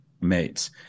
mates